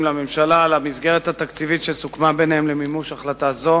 לממשלה על המסגרת התקציבית שסוכמה ביניהם למימוש החלטה זו.